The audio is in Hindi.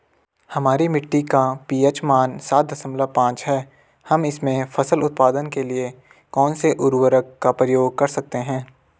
हमारी मिट्टी का पी.एच मान सात दशमलव पांच है हम इसमें फसल उत्पादन के लिए कौन से उर्वरक का प्रयोग कर सकते हैं?